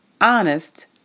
honest